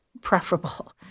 preferable